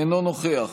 אינו נוכח